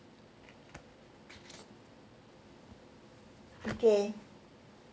okay